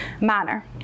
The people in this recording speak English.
manner